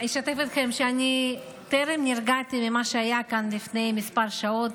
אשתף אתכם שטרם נרגעתי ממה שהיה כאן לפני מספר שעות.